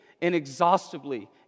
inexhaustibly